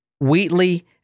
Wheatley